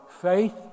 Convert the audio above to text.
faith